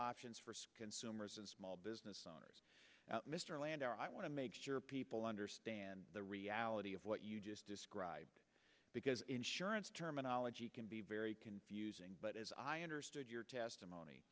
options for skin swimmers and small business owners mr landor i want to make sure people understand the reality of what you just described because insurance terminology can be very confusing but as i understood your testimony